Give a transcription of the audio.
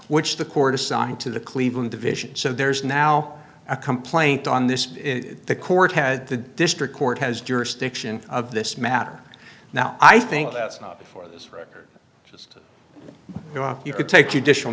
which the court assigned to the cleveland division so there's now a complaint on this in the court had the district court has jurisdiction of this matter now i think that's not before this record just go up you could take your dish will